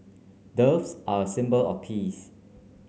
doves are a symbol of peace